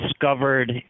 discovered